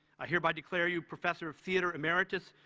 i hereby declare you professor of theatre, emeritus,